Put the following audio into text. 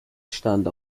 stand